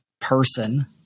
person